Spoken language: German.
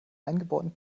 eingebauten